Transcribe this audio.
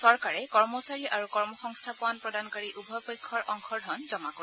চৰকাৰে কৰ্মচাৰী আৰু কৰ্মসংস্থাপন প্ৰদানকাৰী উভয় পক্ষৰ অংশৰ ধন জমা কৰিব